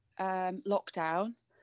lockdown